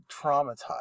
traumatized